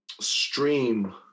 stream